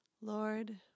Lord